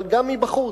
אבל גם מבחוץ,